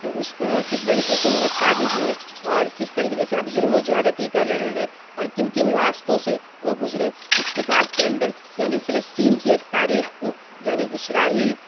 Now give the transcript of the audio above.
پھر اس کس طریقے سے وہ ایک قابض ہوئے اور کس طریقے سے اب ظلم و زیادتی کر رہے ہیں اور کن کن راستوں سے وہ گذرے اس کتاب کے اندر یعنی فلسطین کی ایک تاریخ کو یعنی اسرائیل